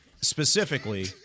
specifically